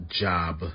job